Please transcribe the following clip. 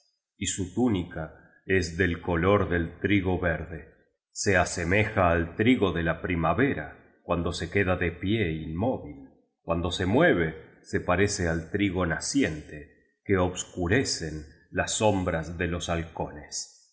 y su túnica es del color del trigo verde se asemeja al trigo de la primavera cuando se queda de pie inmóvil cuando se mué ve se parece al trigo naciente que obscurecen las sombras de los halcones